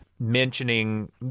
mentioning